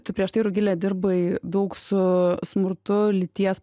tu prieš tai rugile dirbai daug su smurtu lyties